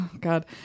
God